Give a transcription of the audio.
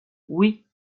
oui